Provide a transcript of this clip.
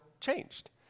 changed